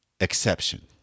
exception